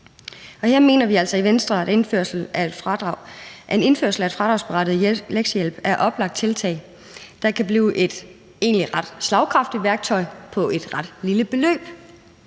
Her mener vi altså i Venstre, at indførelse af fradragsberettiget lektiehjælp er et oplagt tiltag, der kan blive et egentlig ret slagkraftigt værktøj for et ret lille beløb.